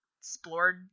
explored